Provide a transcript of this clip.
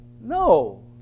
No